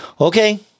okay